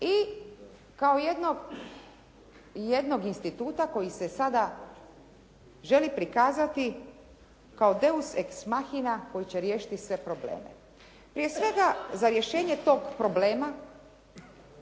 i kao jednog instituta koji se sada želi prikazati kao deus exmahina koji će riješiti sve probleme. Prije svega za rješenje tog problema